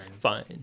Fine